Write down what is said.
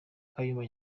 kayumba